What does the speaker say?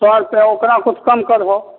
सए रुपैआ ओकरा किछु कम करहो